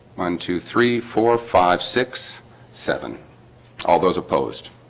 one two three four five six seven all those opposed